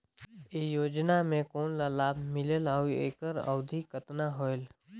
ये योजना मे कोन ला लाभ मिलेल और ओकर अवधी कतना होएल